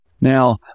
Now